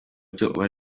mirongwine